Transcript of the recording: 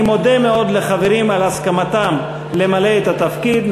אני מודה מאוד לחברים על הסכמתם למלא את התפקיד,